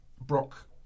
Brock